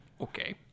Okay